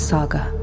Saga